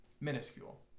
minuscule